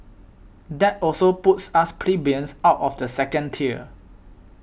that also puts us plebeians out of the second tier